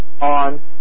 on